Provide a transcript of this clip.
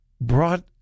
brought